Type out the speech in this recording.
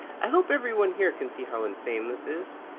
i hope everyone here can see how insane this is.